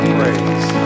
praise